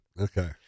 Okay